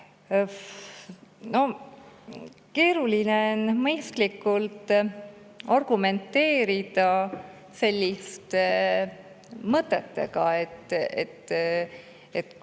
Keeruline on mõistlikult argumenteerida selliste mõtete